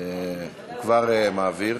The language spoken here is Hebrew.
הוא כבר מעביר.